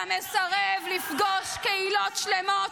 אתה מפחד לפגוש ציבור,